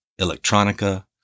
electronica